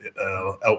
out